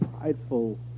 prideful